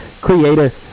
creator